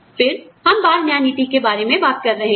फिर हम बाह्य न्याय नीति के बारे में बात कर रहे हैं